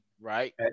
right